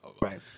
Right